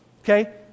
okay